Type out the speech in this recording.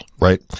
right